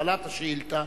בעלת השאילתא,